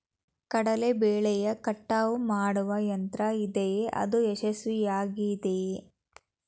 ಕಡಲೆ ಬೆಳೆಯ ಕಟಾವು ಮಾಡುವ ಯಂತ್ರ ಇದೆಯೇ? ಅದು ಯಶಸ್ವಿಯಾಗಿದೆಯೇ?